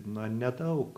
na nedaug